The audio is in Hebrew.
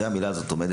בארץ אנחנו עושים